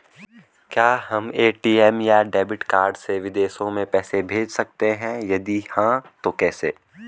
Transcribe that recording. क्या हम ए.टी.एम या डेबिट कार्ड से विदेशों में पैसे भेज सकते हैं यदि हाँ तो कैसे?